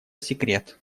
секрет